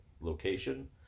location